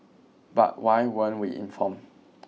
but why weren't we informed